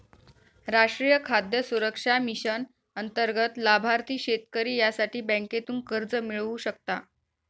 राष्ट्रीय खाद्य सुरक्षा मिशन अंतर्गत लाभार्थी शेतकरी यासाठी बँकेतून कर्ज मिळवू शकता